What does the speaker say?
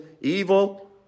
evil